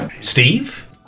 Steve